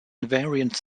invariant